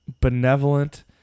benevolent